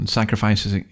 sacrifices